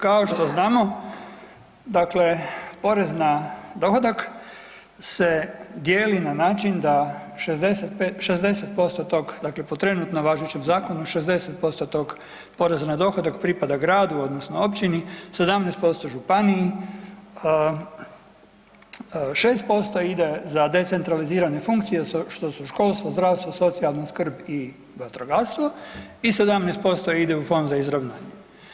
Kao što znamo porez na dohodak se dijeli na način da 60% tog dakle po trenutno važećem zakonu 60% tog poreza na dohodak pripada gradu odnosno općini, 17% županiji, 6% ide za decentralizirane funkcije što su školstvo, zdravstvo, socijalna skrb i vatrogastvo i 17% ide u Fond za izravnanje.